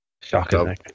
Shocking